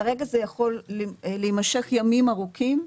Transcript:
כרגע זה יכול להימשך ימים ארוכים,